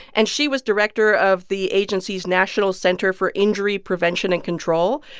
and she was director of the agency's national center for injury prevention and control.